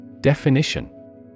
Definition